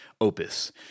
opus